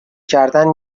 کردن